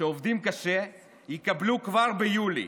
שעובדים קשה יקבלו כבר ביולי,